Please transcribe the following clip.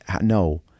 no